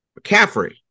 McCaffrey